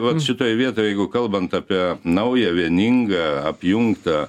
vat šitoj vietoj jeigu kalbant apie naują vieningą apjungtą